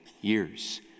years